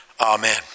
Amen